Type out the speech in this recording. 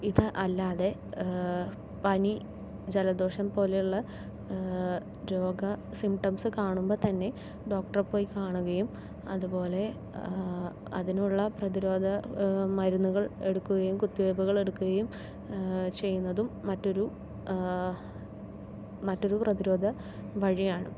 ഇത് അല്ലാതെ പനി ജലദോഷം പോലെ ഉള്ള രോഗ സിംപ്റ്റംസ് കാണുമ്പോൾ തന്നെ ഡോക്ടറെ പോയി കാണുകയും അതുപോലെ അതിനുള്ള പ്രതിരോധ മരുന്നുകൾ എടുക്കുകയും കുത്തിവെപ്പുകൾ എടുക്കുകയും ചെയ്യുന്നതും മറ്റൊരു മറ്റൊരു പ്രതിരോധ വഴി ആണ്